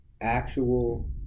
actual